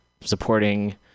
supporting